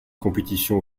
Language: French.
compétitions